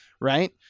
right